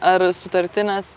ar sutartinės